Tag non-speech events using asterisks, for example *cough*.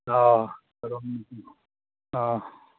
ꯑꯥ *unintelligible* ꯑꯥ